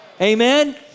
Amen